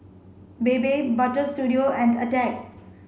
Bebe Butter Studio and Attack